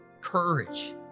courage